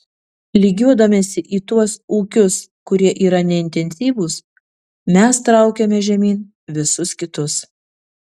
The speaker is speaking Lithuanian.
lygiuodamiesi į tuos ūkius kurie yra neintensyvūs mes traukiame žemyn visus kitus